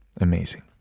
amazing